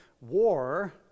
War